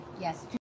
Yes